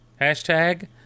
hashtag